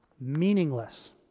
meaningless